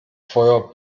feuer